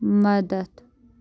مدتھ